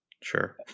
Sure